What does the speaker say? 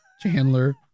Chandler